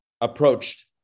approached